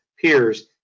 peers